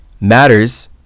matters